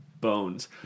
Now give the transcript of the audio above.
bones